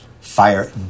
Fire